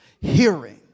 hearing